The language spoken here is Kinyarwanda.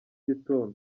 gitondo